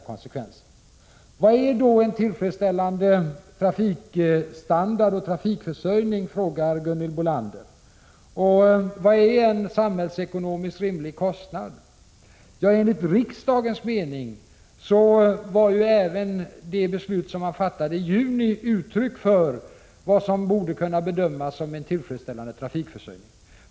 107 Vad är då en tillfredsställande trafikstandard och trafikförsörjning och vad är en samhällsekonomiskt rimlig kostnad, frågar Gunhild Bolander. Enligt riksdagens mening var även det beslut som man fattade i juni uttryck för vad som borde kunna bedömas som en tillfredsställande trafikförsörjning.